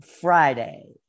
Friday